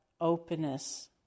openness